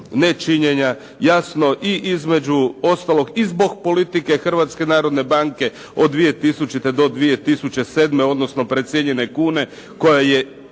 nečinjenja, jasno i između ostalog i zbog politike Hrvatske narodne banke od 2000. do 2007., odnosno precijenjene kune koja je